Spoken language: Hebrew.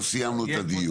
לא סיימנו את הדיון.